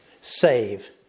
save